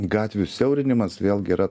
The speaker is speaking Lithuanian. gatvių siaurinimas vėlgi yra